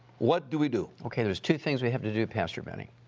what do we do? okay, there's two things we have to do, pastor benny.